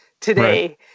today